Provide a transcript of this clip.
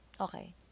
Okay